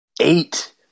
Eight